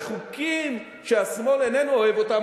וחוקים שהשמאל איננו אוהב אותם,